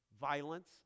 Violence